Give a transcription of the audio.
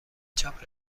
چاپ